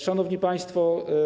Szanowni Państwo!